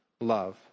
love